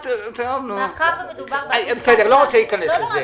מאחר שמדובר- -- לא רוצה להיכנס לזה.